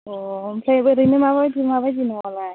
अ ओमफ्राय ओरैनो माबायदि माबायदि न'आलाय